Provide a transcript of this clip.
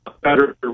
better